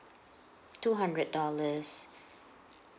two hundred dollars